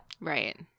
Right